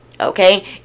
Okay